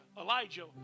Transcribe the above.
Elijah